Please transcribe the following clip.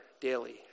daily